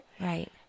right